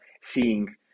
seeing